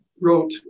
wrote